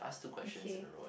okay